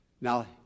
Now